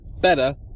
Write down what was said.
better